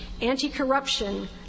anti-corruption